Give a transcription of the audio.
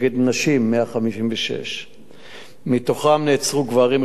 156. מתוכם נעצרו גברים רצידיביסטים,